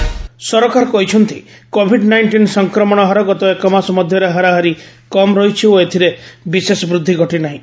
Covid nineteen gov ସରକାର କହିଛନ୍ତି covid nineteen ସଂକ୍ରମଣ ହାର ଗତ ଏକ ମାସ ମଧ୍ୟରେ ହାରାହାରି କମ୍ ରହିଛି ଓ ଏଥିରେ ବିଶେଷ ବୃଦ୍ଧି ଘଟିନାହିଁ